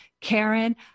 Karen